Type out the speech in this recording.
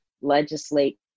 legislate